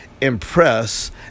impress